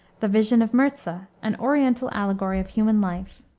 the vision of mirza, an oriental allegory of human life.